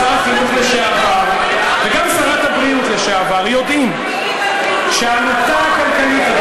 שר החינוך לשעבר וגם שרת הבריאות לשעבר יודעים שעלותה הכלכלית,